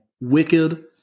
wicked